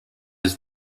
his